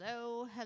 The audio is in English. Hello